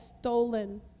stolen